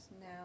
now